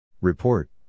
Report